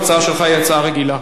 ההצעה שלך היא הצעה רגילה.